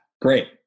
great